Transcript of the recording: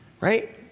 Right